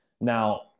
Now